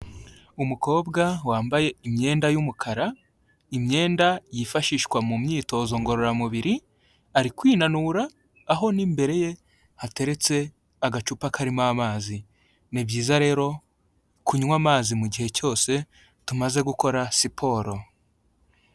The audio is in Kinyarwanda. Umukobwa wambaye imyenda y'umukara, imyenda yifashishwa mu myitozo ngororamubiri, ari kwinanura, aho n'imbere ye hateretse agacupa karimo amazi. Ni byiza rero kunywa amazi mu gihe cyose tumaze gukora siporo.